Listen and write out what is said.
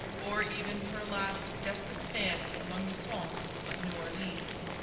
or even for a last desperate stand among the swamps of new orleans.